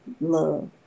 love